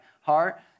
heart